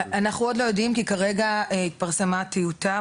אנחנו עדיין לא יודעים כי כרגע התפרסמה טיוטה,